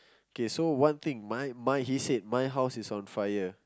okay so one thing my my he said my house is on fire